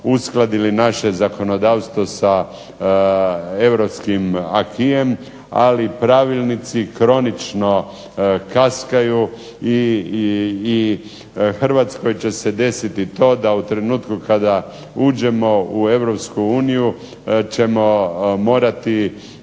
uskladili naše zakonodavstvo sa europskim aquisom ali pravilnici kronično kaskaju i Hrvatskoj će se desiti to da u trenutku kada uđemo u Europsku uniju ćemo morati